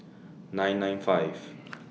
nine nine five